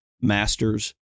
masters